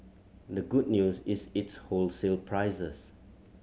the good news is its wholesale prices